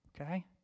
Okay